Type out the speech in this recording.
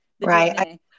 Right